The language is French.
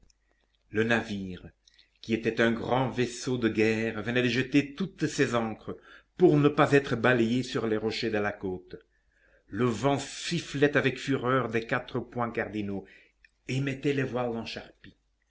le navire qui était un grand vaisseau de guerre venait de jeter toutes ses ancres pour ne pas être balayé sur les rochers de la côte le vent sifflait avec fureur des quatre points cardinaux et mettait les voiles en charpie